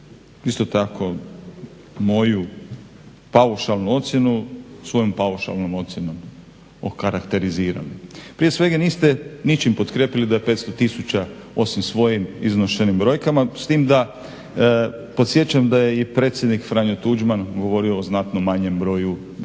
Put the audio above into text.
isto tako moju paušalnu ocjenu svojom paušalnom ocjenom okarakterizirali. Prije svega niste ničim potkrijepili da je 500 tisuća osim svojim iznošenjem brojkama s tim da podsjećam da je i predsjednik Franjo Tuđman govorio o znatno manjem broju hrvatskih